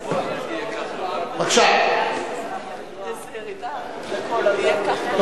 לו, זכות בחירה לכל אדם,